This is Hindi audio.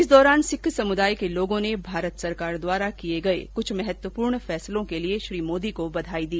इस दौरान सिख समुदाय के लोगों ने भारत सरकार द्वारा लिए गए कुछ महत्वपूर्ण फैसलों के लिए श्री मोदी को बधाई दी